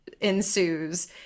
ensues